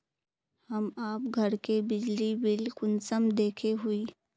हम आप घर के बिजली बिल कुंसम देखे हुई?